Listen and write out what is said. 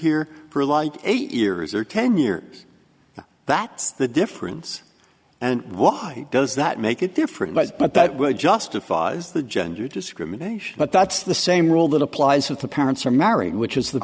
here for like eight years or ten years that's the difference and why does that make it different ways but that would justifies the gender discrimination but that's the same rule that applies if the parents are married which is th